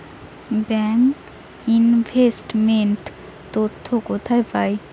Bank investment তথ্য কোথায় পাব?